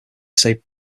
saved